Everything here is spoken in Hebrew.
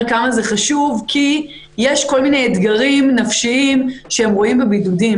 כמה זה חשוב כי יש כל מיני אתגרים נפשיים שהם רואים בבידודים